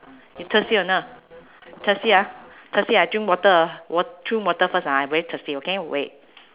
you thirsty or not thirsty ah thirsty I drink water ah wat~ drink water first ah I very thirsty okay wait